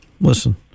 listen